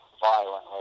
violently